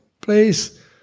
place